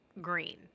Green